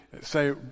say